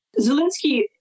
Zelensky